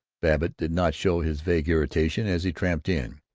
babbitt did not show his vague irritation as he tramped in.